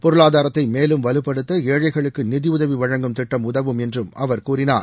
பொருளாதாரத்தை மேலும் வலுப்படுத்த ஏழைகளுக்கு நிதியுதவி வழங்கும் திட்டம் உதவும் என்றும் அவர் கூறினார்